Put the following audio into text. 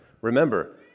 Remember